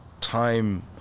time